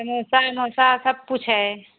समोसा उमोसा सब कुछ है